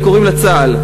וקוראים לה צה"ל.